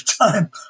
time